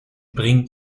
bringt